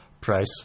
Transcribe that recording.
price